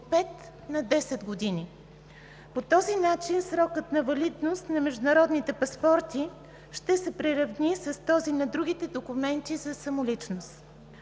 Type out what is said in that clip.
от 5 на 10 години. По този начин срокът на валидност на международните паспорти ще се приравни с този на другите документи за самоличност.